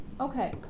Okay